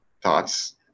thoughts